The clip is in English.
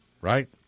right